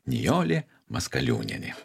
nijolė maskaliūnienė